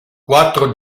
quattro